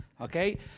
Okay